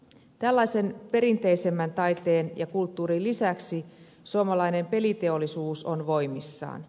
tällaisen perinteisemmän taiteen ja kulttuurin lisäksi suomalainen peliteollisuus on voimissaan